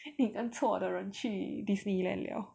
你跟错的人去 Disneyland liao